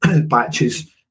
batches